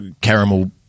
Caramel